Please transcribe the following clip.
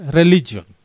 religion